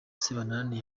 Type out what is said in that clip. sebanani